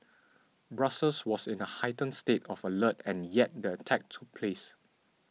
Brussels was in a heightened state of alert and yet the attack took place